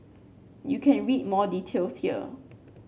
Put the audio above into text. you can read more details here